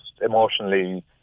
emotionally